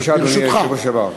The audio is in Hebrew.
בבקשה, אדוני היושב-ראש לשעבר.